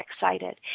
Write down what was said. excited